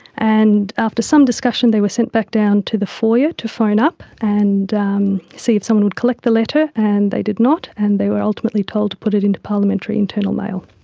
and after some discussion they were sent back down to the foyer to phone up and um see if someone would collect the letter, and they did not and they were ultimately told to put it into parliamentary internal mail.